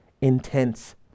intense